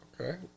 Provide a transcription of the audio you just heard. Okay